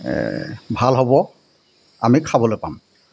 ভাল হ'ব আমি খাবলৈ পাম